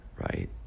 Right